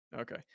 Okay